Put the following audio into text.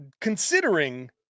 considering